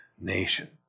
nation